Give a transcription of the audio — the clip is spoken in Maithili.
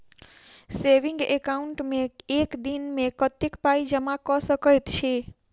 सेविंग एकाउन्ट मे एक दिनमे कतेक पाई जमा कऽ सकैत छी?